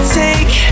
take